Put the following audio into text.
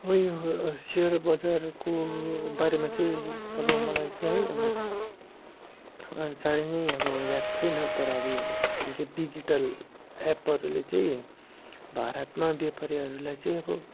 अब यो सेयर बजारको बारेमा चाहिँ अब मलाई चाहिँ है अब साह्रै नै अब याद छैन तर अब यो डिजिटल एपहरूले चाहिँ भारतमा बेपारीहरूलाई चाहिँ अब